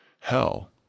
hell